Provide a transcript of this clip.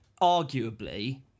arguably